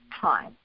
time